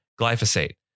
glyphosate